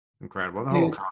incredible